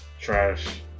trash